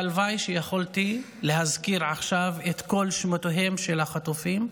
הלוואי שיכולתי להזכיר עכשיו את כל שמותיהם של החטופים,